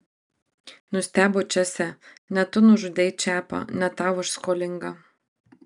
nustebo česė ne tu nužudei čepą ne tau aš skolinga